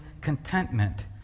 contentment